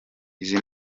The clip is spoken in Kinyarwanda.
izi